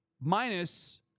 minus